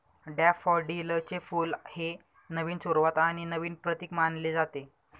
डॅफोडिलचे फुल हे नवीन सुरुवात आणि नवीन प्रतीक मानले जाते